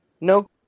no